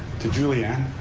to julianne,